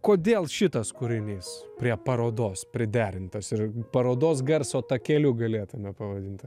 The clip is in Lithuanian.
kodėl šitas kūrinys prie parodos priderintas ir parodos garso takeliu galėtume pavadint